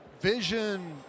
vision